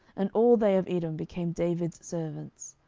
and all they of edom became david's servants.